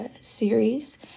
series